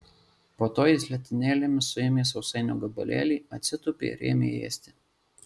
po to jis letenėlėmis suėmė sausainio gabalėlį atsitūpė ir ėmė ėsti